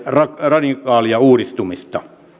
radikaalia uudistumista